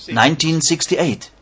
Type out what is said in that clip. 1968